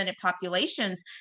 populations